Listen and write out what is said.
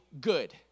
good